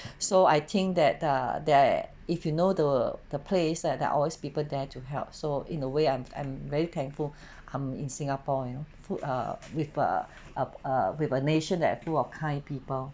so I think that uh that if you know the the place that there are always people there to help so in a way I'm I'm very thankful I'm in singapore you know full uh with err err err with a nation that full of kind people